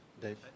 Dave